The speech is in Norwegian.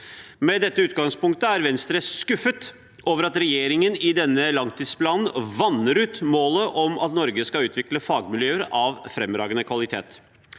Med dette utgangspunktet er Venstre skuffet over at regjeringen i denne langtidsplanen vanner ut målet om at Norge skal utvikle fagmiljøer av fremragende kvalitet.